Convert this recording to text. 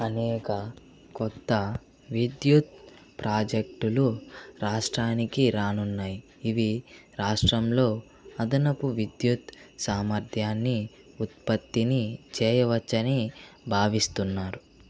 అనేక క్రొత్త విద్యుత్ ప్రాజెక్టులు రాష్ట్రానికి రానున్నాయి ఇవి రాష్ట్రంలో అదనపు విద్యుత్ సామర్థ్యాన్ని ఉత్పత్తిని చేయవచ్చని భావిస్తున్నారు